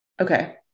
Okay